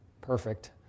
perfect